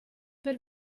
per